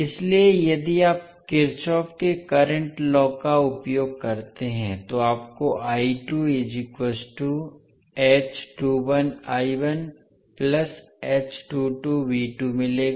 इसलिए यदि आप किरचॉफ के करंट लॉ का उपयोग करते हैं तो आपको मिलेगा